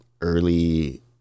early